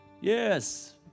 Yes